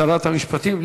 שרת המשפטים?